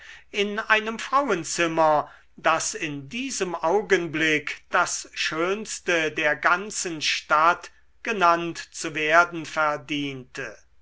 in einem frauenzimmer das in diesem augenblick das schönste der ganzen stadt genannt zu werden verdiente